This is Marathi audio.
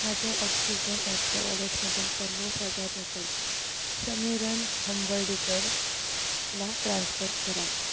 माझ्या ऑक्सिजन ॲपच्या वॉलेटमधून पन्नास हजार रुपये समीरन हंबर्डीकरला ट्रान्स्फर करा